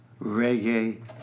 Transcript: reggae